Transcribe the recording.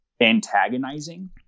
antagonizing